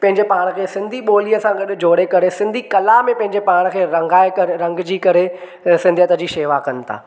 पंहिंजे पाण खे सिंधी ॿोलीअ सां गॾु जोड़े करे सिंधी कला में पंहिंजे पाण खे रंगाए करे रंगजी करे सिंधियत जी शेवा कनि था